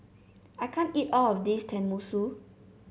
I can't eat all of this Tenmusu